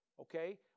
Okay